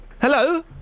Hello